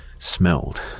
Smelled